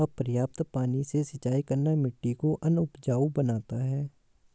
अपर्याप्त पानी से सिंचाई करना मिट्टी को अनउपजाऊ बनाता है